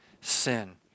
sin